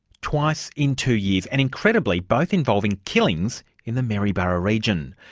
twice in two years. and incredibly both involving killings in the maryborough region.